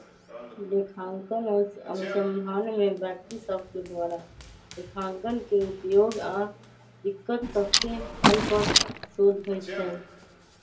लेखांकन अनुसंधान में व्यक्ति सभके द्वारा लेखांकन के उपयोग आऽ दिक्कत सभके हल पर शोध होइ छै